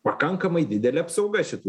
pakankamai didelė apsauga šitų